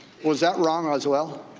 was that wrong ah as well?